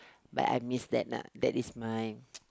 but I miss that lah that is my